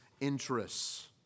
interests